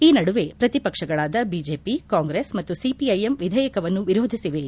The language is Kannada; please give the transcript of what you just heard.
ಈ ನಡುವೆ ಪ್ರತಿಪಕ್ಷಗಳಾದ ಬಿಜೆಪಿ ಕಾಂಗ್ರೆಸ್ ಮತ್ತು ಸಿಪಿಐಎಂ ವಿಧೇಯಕವನ್ನು ವಿರೋಧಿಸಿವೆ